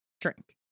drink